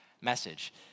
message